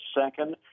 second